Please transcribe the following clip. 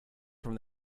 from